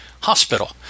hospital